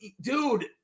dude